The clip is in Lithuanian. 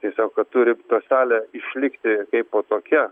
tiesiog kad turi ta salė išlikti kaipo tokia